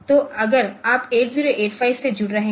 तो अगर आप 8085 से जुड़ रहे हैं